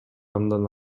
андан